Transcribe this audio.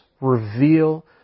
reveal